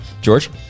George